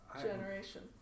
Generation